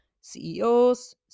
CEOs